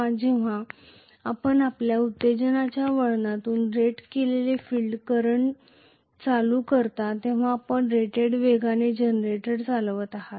जेव्हा आपण आपल्या उत्तेजनाच्या वळणातून रेट केलेले फील्ड करंट करंट करता तेव्हा आपण रेटेड वेगाने जनरेटर चालवत आहात